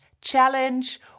challenge